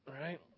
right